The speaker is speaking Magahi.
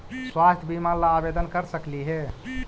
स्वास्थ्य बीमा ला आवेदन कर सकली हे?